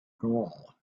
goal